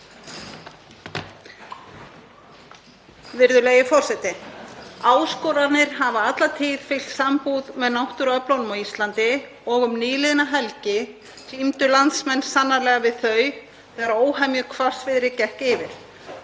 Virðulegi forseti. Áskoranir hafa alla tíð fylgt sambúð með náttúruöflunum á Íslandi og um nýliðna helgi glímdu landsmenn sannarlega við þau þegar óhemju hvassviðri gekk yfir,